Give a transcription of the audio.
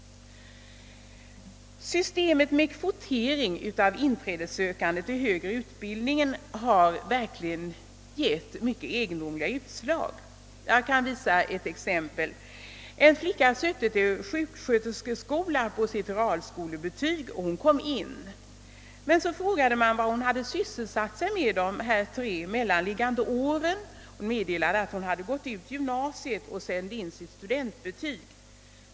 Systemet med kvotering av inträdessökande till högre utbildning kan verkligen ge mycket egendomliga utslag. Jag kan anföra ett exempel. En flicka sökte till sjuksköterskeskola på sitt realskolebetyg och kom in. Men så frågade man vad hon sysselsatt sig med de tre mellanliggande åren. Hon meddelade att hon genomgått gymnasiet och sände in sitt studentbetyg.